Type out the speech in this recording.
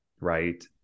Right